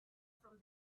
from